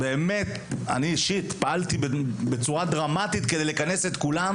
אני אישית פעלתי בצורה דרמטית כדי לכנס את כולם